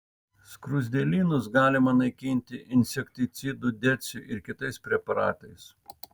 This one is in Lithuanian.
skruzdėlynus galima naikinti insekticidu deciu ir kitais preparatais